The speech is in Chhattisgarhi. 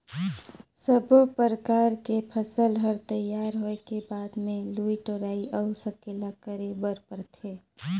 सब्बो परकर के फसल हर तइयार होए के बाद मे लवई टोराई अउ सकेला करे बर परथे